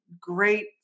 great